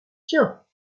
tiens